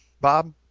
Bob